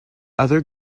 other